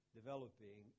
developing